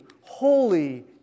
Holy